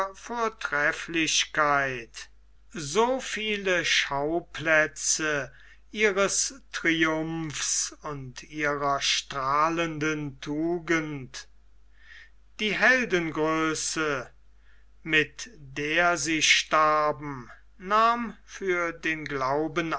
vortrefflichkeit so viele schauplätze ihres triumphs und ihrer strahlenden tugend die heldengröße mit der sie starben nahm für den glauben